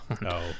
No